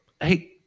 hey